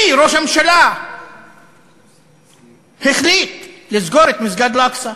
כי ראש הממשלה החליט לסגור את מסגד אל-אקצא.